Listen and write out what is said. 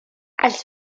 als